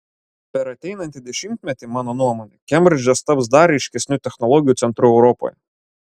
per ateinantį dešimtmetį mano nuomone kembridžas taps dar ryškesniu technologijų centru europoje